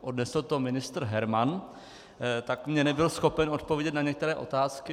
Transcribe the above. Odnesl to ministr Herman, tak mi nebyl schopen odpovědět na některé otázky.